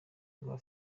rwa